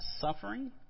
suffering